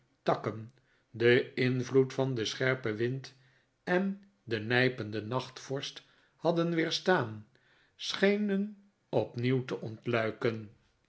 takken den invloed van den scherpen wind en de nijpende nachtvorst hadden weerstaan schenen opnieuw te ontluiken